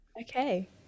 okay